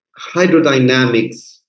hydrodynamics